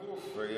אבל הגוף,